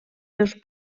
dos